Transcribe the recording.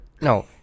no